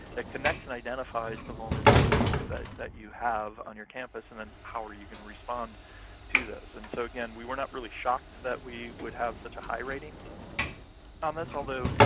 it connects and identifies the vulnerabilities that that you have on your campus, and then how are you gonna respond to those? and so, again, we were not really shocked that we would have such a high rating on this, although,